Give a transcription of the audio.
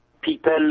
people